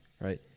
Right